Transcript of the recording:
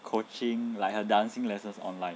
coaching like her dancing lessons online